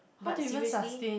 but seriously